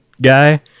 guy